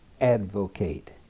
advocate